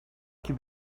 could